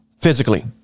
physically